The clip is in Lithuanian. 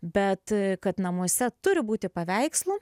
bet kad namuose turi būti paveikslų